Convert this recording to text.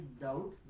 doubt